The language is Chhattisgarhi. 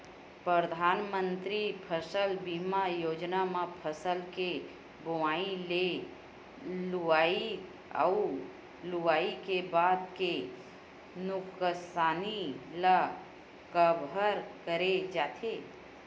परधानमंतरी फसल बीमा योजना म फसल के बोवई ले लुवई अउ लुवई के बाद के नुकसानी ल कभर करे जाथे